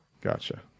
gotcha